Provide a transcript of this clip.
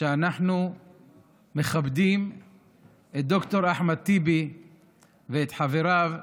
שאנחנו מכבדים את ד"ר אחמד טיבי ואת חבריו,